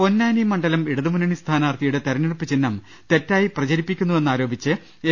പൊന്നാനി മണ്ഡലം ഇടതുമുന്നണി സ്ഥാനാർഥിയുടെ തിരഞ്ഞെടുപ്പുചിഹ്നം തെറ്റായി പ്രചരിപ്പിക്കുന്നുവെന്നാരോപിച്ച് എൽ